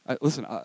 Listen